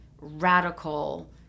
radical